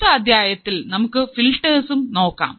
അടുത്ത അധ്യായത്തിൽ നമുക്ക് ഫിൽട്ടേർസ് നോക്കാം